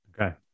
okay